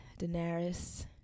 Daenerys